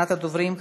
אחרונת הדוברים,